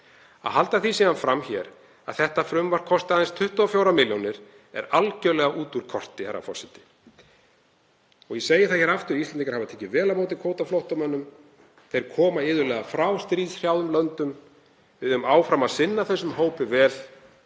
Að halda því síðan fram hér að þetta frumvarp kosti aðeins 24 milljónir er algjörlega út úr korti, herra forseti. Ég segi það hér aftur: Íslendingar hafa tekið vel á móti kvótaflóttamönnum. Þeir koma iðulega frá stríðshrjáðum löndum. Við eigum áfram að sinna þessum hópi vel